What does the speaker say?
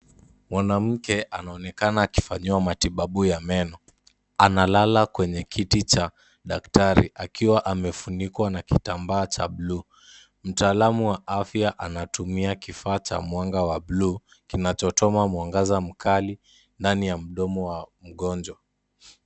Mwanamke anaonekana akifanyiwa matibabu ya meno. Analala kwenye kiti cha daktari akiwa amefunikwa na kitambaa cha buluu. Mtaalamu wa afya anatumia kifaa cha mwanga wa buluu kinachotoa mwangaza mkali ndani ya mdomo wa mgonjwa.